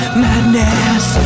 madness